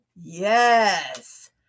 Yes